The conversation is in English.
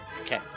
Okay